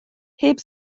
heb